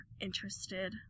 interested